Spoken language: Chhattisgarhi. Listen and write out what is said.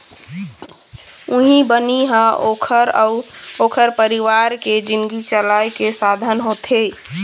उहीं बनी ह ओखर अउ ओखर परिवार के जिनगी चलाए के साधन होथे